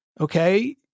okay